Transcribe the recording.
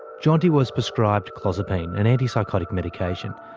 jeanti was prescribed clozapine, an antipsychotic medication.